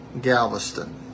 Galveston